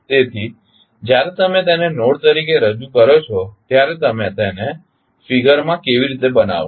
તેથી જ્યારે તમે તેને નોડ તરીકે રજૂ કરો છો ત્યારે તમે તેને ફિગર માં કેવી રીતે બતાવશો